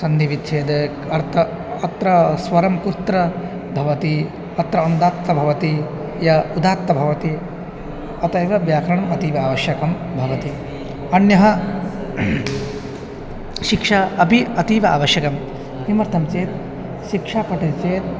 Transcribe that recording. सन्धिविच्छेदस्य अर्थम् अत्र स्वरः कुत्र भवति अत्र अनुदात्तः भवति य उदात्तः भवति अतः एव व्याकरणम् अतीव आवश्यकं भवति अन्यः शिक्षा अपि अतीव आवश्यकं किमर्थं चेत् शिक्षां पठति चेत्